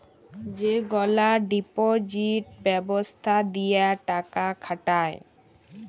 যেগলা ডিপজিট ব্যবস্থা দিঁয়ে টাকা খাটায়